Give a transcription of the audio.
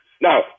Now